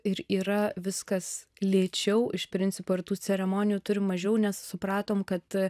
ir yra viskas lėčiau iš principo ir tų ceremonijų turime mažiau nes supratom kad